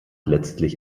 letztlich